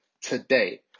today